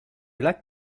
lac